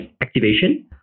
activation